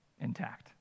intact